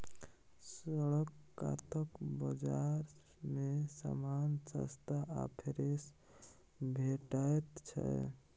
सड़क कातक बजार मे समान सस्ता आ फ्रेश भेटैत छै